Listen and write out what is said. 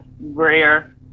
rare